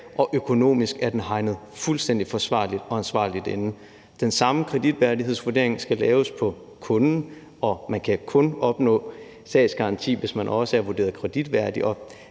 og økonomisk er den hegnet fuldstændig forsvarligt og ansvarligt ind. Den samme kreditværdighedsvurdering skal laves på kunden, og man kan kun opnå statsgaranti, hvis man også er kreditværdig,